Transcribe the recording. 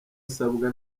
asabwa